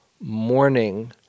morning